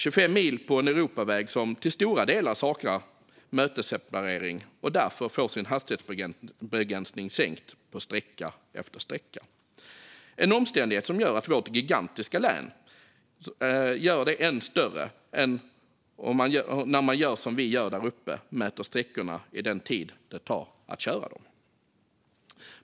Denna väg saknar till stora delar mötesseparering och får därför sin hastighetsbegränsning sänkt på sträcka efter sträcka. Det är en omständighet som gör vårt gigantiska län än större när man gör som vi gör där uppe och mäter sträckorna i den tid det tar att köra dem.